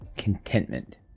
contentment